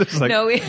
No